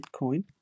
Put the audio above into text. Bitcoin